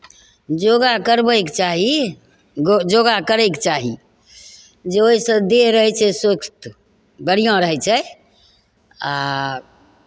योगा करबैके चाही गो योगा करयके चाही जे ओहिसँ देह रहै छै स्वस्थ बढ़िआँ रहै छै आ